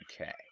Okay